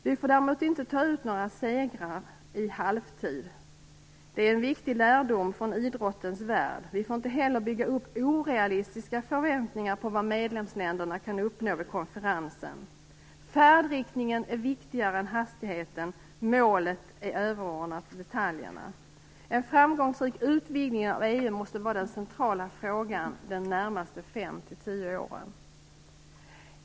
Vi får däremot inte ta ut några segrar i halvtid. Det är en viktig lärdom från idrottens värld. Vi får inte heller bygga upp orealistiska förväntningar på vad medlemsländerna kan uppnå vid konferensen. Färdriktningen är viktigare än hastigheten, målet är överordnat detaljerna. En framgångsrik utvidgning av EU måste vara den centrala frågan de närmaste fem till tio åren.